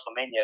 WrestleMania